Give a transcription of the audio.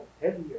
heavier